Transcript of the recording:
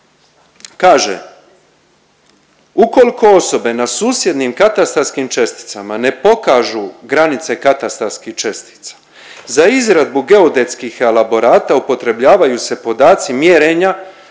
kaže ukoliko osobe na susjednim katastarskim česticama ne pokažu granice katastarskih čestica za izradu geodetskih elaborata upotrebljavaju se podaci mjerenja